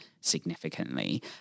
significantly